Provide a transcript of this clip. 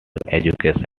education